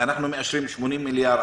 אנחנו מאשרים 80 מיליארד,